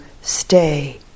stay